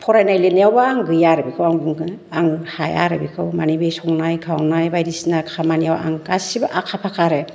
फरायनाय लिरनायावबो आं गैया आरो बेखौ आं बुंगोन आङो हाया आरो बेखौ माने बे संनाय खावनाय बायदिसिना खामानियाव आं गासैबो आखा फाखा आरो